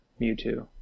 Mewtwo